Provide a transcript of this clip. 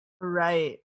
Right